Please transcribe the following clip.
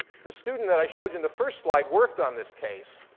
the student that i showed you in the first slide worked on this case.